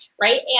right